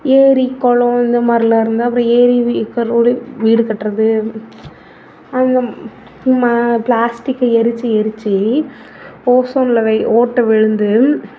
ஏரி குளம் இந்த மாதிரிலாம் இருந்தால் அப்புறம் ஏரி இருக்கிற ரோடு வீடு கட்டுறது அந்த பிளாஸ்டிக்கை எரித்து எரித்து ஓசோனில் ஓட்டை விழுந்து